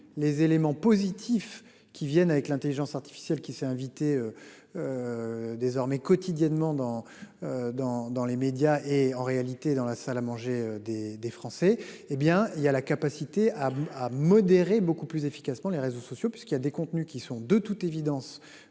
les éléments positifs qui viennent avec l'Intelligence artificielle, qui s'est invité. Désormais quotidiennement dans. Dans, dans les médias et en réalité, dans la salle à manger des des Français, hé bien il y a la capacité à à modérée beaucoup plus efficacement les réseaux sociaux, puisqu'il y a des contenus qui sont de toute évidence